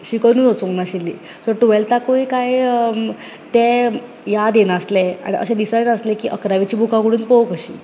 शिकोनूच वचुंक नासली सो टुलेसताकुय कांय ते याद ये नासलें अशें दीसय नासलें की इकरोवेची बुकां उगडुन पळोवंक कशी